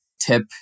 tip